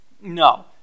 no